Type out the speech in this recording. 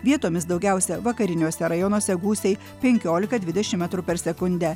vietomis daugiausia vakariniuose rajonuose gūsiai penkiolika dvidešim metrų per sekundę